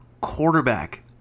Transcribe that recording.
quarterback